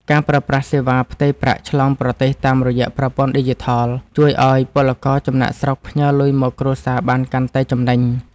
ការប្រើប្រាស់សេវាផ្ទេរប្រាក់ឆ្លងប្រទេសតាមរយៈប្រព័ន្ធឌីជីថលជួយឱ្យពលករចំណាកស្រុកផ្ញើលុយមកគ្រួសារបានកាន់តែចំណេញ។